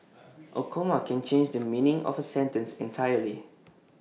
A comma can change the meaning of A sentence entirely